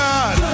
God